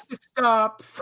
stop